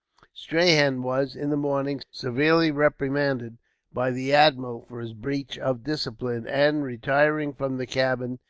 strahan was, in the morning, severely reprimanded by the admiral for his breach of discipline and, retiring from the cabin,